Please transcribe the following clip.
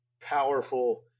powerful